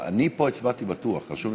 יואב קיש למסור הודעה.